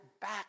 back